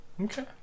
Okay